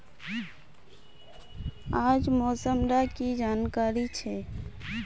आज मौसम डा की जानकारी छै?